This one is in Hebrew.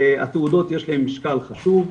התעודות יש להם משקל חשוב.